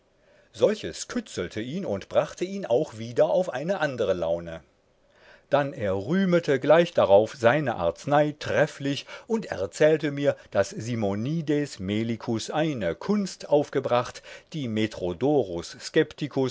solches kützelte ihn und brachte ihn auch wieder auf eine andere laune dann er rühmte gleich darauf seine arznei trefflich und erzählte mir daß simonides melicus eine kunst aufgebracht die